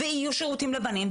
יהיו שירותים לבנים,